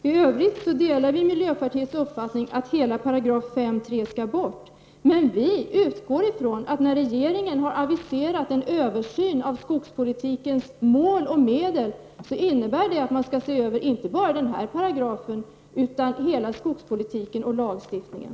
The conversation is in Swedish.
I övrigt delar vi i vpk miljöpartiets uppfattning att hela 5 § 3 skall bort. Vi utgår ifrån, att när regeringen har aviserat en översyn av skogspolitikens mål och medel, innebär detta att man skall se över inte bara den här paragrafen utan hela skogspolitiken och lagstiftningen.